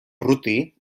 urruti